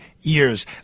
years